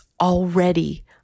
already